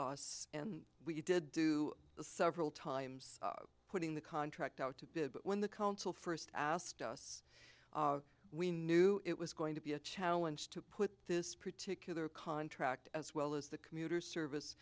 us and we did do the several times putting the contract out to bid but when the council first asked us we knew it was going to be a challenge to put this particular contract as well as the commuter service